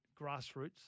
grassroots